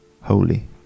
holy